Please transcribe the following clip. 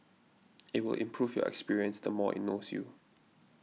it will improve your experience the more it knows you